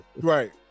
right